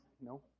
No